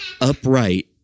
upright